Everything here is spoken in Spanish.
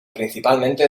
principalmente